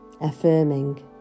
Affirming